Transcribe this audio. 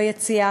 ביציע,